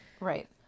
Right